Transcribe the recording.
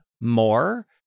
more